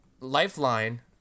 lifeline